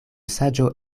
saĝo